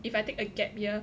if I take a gap year